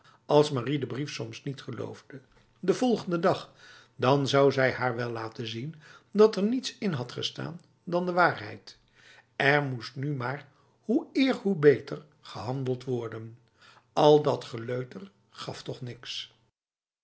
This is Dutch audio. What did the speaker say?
als marie de brief soms niet geloofde de volgende dag dan zou zij haar wel laten zien dat er niets in had gestaan dan de waarheid er moest nu maar hoe eer hoe beter gehandeld wordenai dat geleuter gaf toch niets